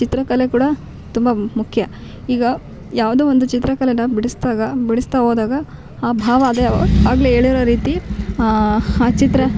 ಚಿತ್ರಕಲೆ ಕೂಡ ತುಂಬ ಮುಖ್ಯ ಈಗ ಯಾವುದೋ ಒಂದು ಚಿತ್ರ ಕಲೆಯನ್ನ ಬಿಡ್ಸಿದಾಗ ಬಿಡ್ಸ್ತಾ ಹೋದಾಗ ಆ ಭಾವ ಅದೇ ಆಗಲೇ ಹೇಳಿರೋ ರೀತಿ ಆ ಚಿತ್ರ